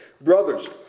Brothers